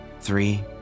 three